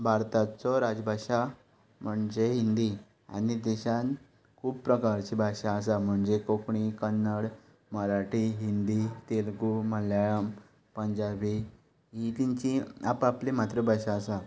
भारताचो राजभाशा म्हणजे हिंदी आनी देशांत खूब प्रकारचे भाशा आसा म्हणजे कोंकणी कन्नड मराठी हिंदी तेलगू मल्याळम पंजाबी ही तिंची आप आपली मातृभाशा आसा